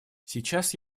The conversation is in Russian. сейчас